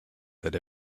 that